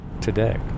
today